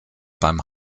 beim